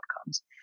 outcomes